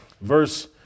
verse